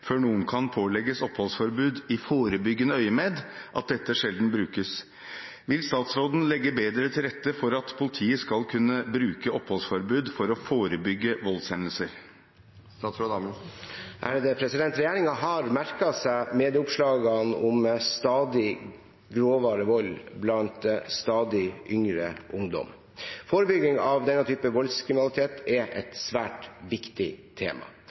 før noen kan pålegges oppholdsforbud i forebyggende øyemed, at dette sjelden brukes. Vil statsråden legge bedre til rette for at politiet skal kunne bruke oppholdsforbud for å forebygge voldshendelser?» Regjeringen har merket seg medieoppslagene om stadig grovere vold blant stadig yngre ungdom. Forebygging av denne typen voldskriminalitet er et svært viktig tema.